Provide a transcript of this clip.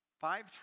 Five